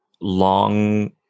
long